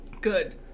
Good